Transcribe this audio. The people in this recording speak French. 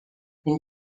une